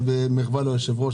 אבל במחווה ליושב-ראש,